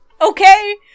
okay